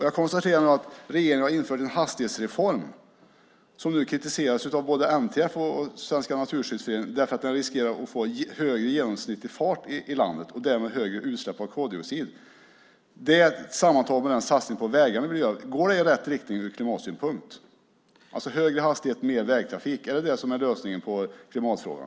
Jag konstaterar att regeringen har infört en hastighetsreform som kritiseras av både NTF och Svenska Naturskyddsföreningen eftersom den riskerar att vi får högre genomsnittlig fart i landet och därmed högre utsläpp av koldioxid. Man kan undra om det, tillsammans med den satsning vi gör på vägarna, går i rätt riktning ur klimatsynpunkt. Högre hastighet och mer vägtrafik, är det lösningen på klimatfrågan?